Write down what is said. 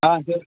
ஆ சரி